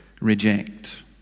reject